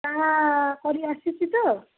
ଚାହା କରି ଆସିଛି ତ